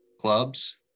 clubs